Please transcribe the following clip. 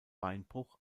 beinbruch